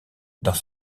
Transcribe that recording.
dans